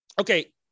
okay